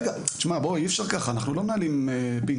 בוא, אי אפשר ככה, אנחנו לא מנהלים פינג-פונג.